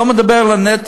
אני לא מדבר על הנטל,